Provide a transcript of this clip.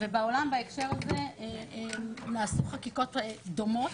ובעולם בהקשר הזה נעשו חקיקות דומות.